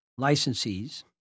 licensees